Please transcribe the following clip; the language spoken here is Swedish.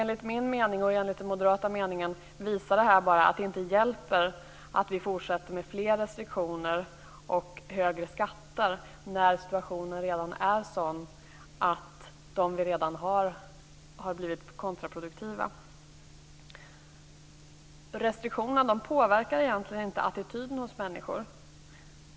Enligt min mening och den moderata meningen visar detta att det inte hjälper att fortsätta med fler restriktioner och högre skatter. Situationen är ju redan sådan att de redan har blivit kontraproduktiva. Restriktionerna påverkar egentligen inte attityden hos människor.